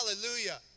Hallelujah